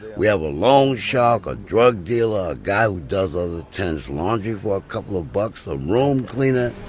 we have a loan shark, a drug dealer, a guy who does other tenants laundry for a couple of bucks. a room cleaner,